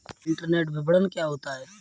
Internet विपणन क्या होता है?